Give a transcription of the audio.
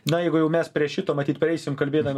na jeigu jau mes prie šito matyt prieisim kalbėdami